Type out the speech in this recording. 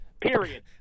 Period